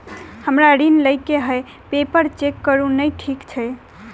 हमरा ऋण लई केँ हय पेपर चेक करू नै ठीक छई?